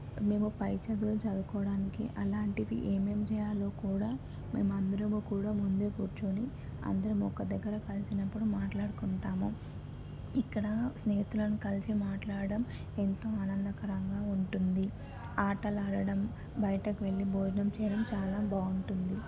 మేము పై చదువులు చదువుకోవడానికి అలాంటివి ఏమేమి చేయాలో కూడా మేము అందరము కూడా ముందే కూర్చోని అందరమూ ఒక దగ్గర కలిసినప్పుడు మాట్లాడుకుంటాము ఇక్కడ స్నేహితులను కలిసి మాట్లాడడం ఎంతో ఆనందకరంగా ఉంటుంది ఆటలు ఆడడం బయటికి వెళ్ళి భోజనం చేయడం చాలా బాగుంటుంది